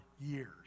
years